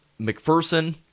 McPherson